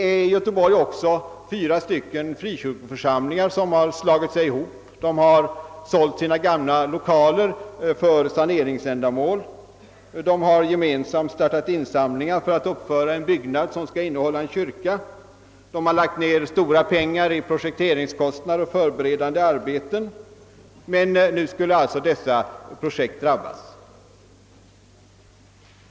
I Göteborg har också fyra frikyrkoförsamlingar slagit sig ihop. De har sålt sina gamla lokaler för saneringsändamål och gemensamt startat insamlingar för att uppföra en byggnad som skall innehålla en kyrka, de har lagt ned stora pengar på projekteringskostnader och förberedande arbeten. Nu skall alltså dessa projekt drabbas.